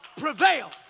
prevail